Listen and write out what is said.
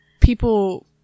people